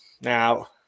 Now